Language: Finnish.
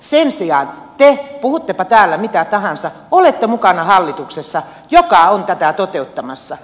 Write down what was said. sen sijaan te puhuttepa täällä mitä tahansa olette mukana hallituksessa joka on tätä toteuttamassa